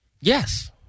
Yes